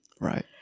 right